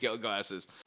glasses